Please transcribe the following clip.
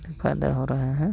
ये फ़ायदे हो रहे हैं